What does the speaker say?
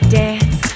dance